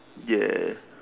ya